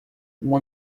uma